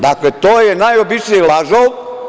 Dakle, to je najobičniji lažov.